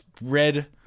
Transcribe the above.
red